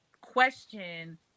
question